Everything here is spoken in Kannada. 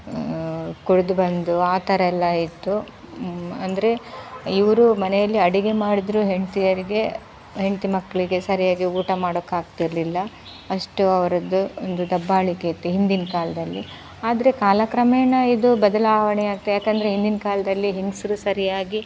ಕುಡ್ದು ಬಂದು ಆ ಥರ ಎಲ್ಲಾ ಇತ್ತು ಅಂದರೆ ಇವರು ಮನೆಯಲ್ಲಿ ಅಡುಗೆ ಮಾಡಿದರು ಹೆಂಡ್ತಿಯರಿಗೆ ಹೆಂಡ್ತಿ ಮಕ್ಕಳಿಗೆ ಸರಿಯಾಗಿ ಊಟ ಮಾಡೋಕಾಗ್ತಿರಲಿಲ್ಲ ಅಷ್ಟು ಅವರದ್ದು ಒಂದು ದಬ್ಬಾಳಿಕೆ ಇತ್ತು ಹಿಂದಿನ ಕಾಲದಲ್ಲಿ ಆದರೆ ಕಾಲಕ್ರಮೇಣ ಇದು ಬದಲಾವಣೆ ಯಾಕಂದರೆ ಹಿಂದಿನ ಕಾಲದಲ್ಲಿ ಹೆಂಗಸ್ರು ಸರಿಯಾಗಿ